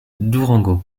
durango